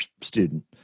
student